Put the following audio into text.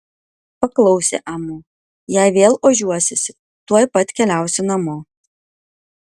paklausė amu jei vėl ožiuosiesi tuoj pat keliausi namo